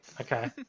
Okay